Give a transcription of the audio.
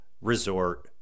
resort